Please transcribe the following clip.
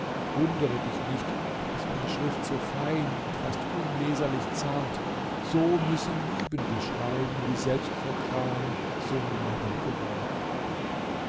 wundere dich nicht daß meine schrift so fein und fast unleserlich zart so müssen liebende schreiben die selbst vor gram so mager geworden